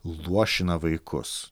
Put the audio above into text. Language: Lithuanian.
luošina vaikus